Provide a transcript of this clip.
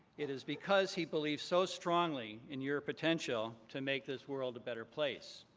it is because he believes so strongly in your potential to make this world a better place.